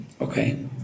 Okay